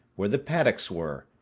where the paddocks were,